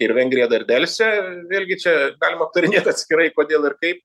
ir vengrija dar delsia vėlgi čia galima aptarinėt atskirai kodėl ir kaip